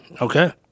Okay